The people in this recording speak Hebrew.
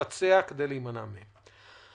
כדי להימנע מהם.